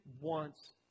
wants